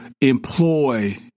employ